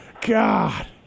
God